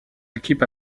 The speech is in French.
équipe